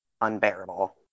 unbearable